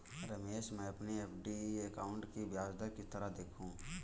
रमेश मैं अपने FD account की ब्याज दर किस तरह देखूं?